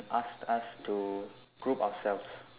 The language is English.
asked us to group ourselves